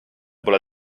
pole